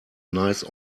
nice